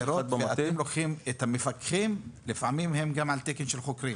--- ואתם לוקחים את המפקחים ולפעמים הם גם על תקן של חוקרים.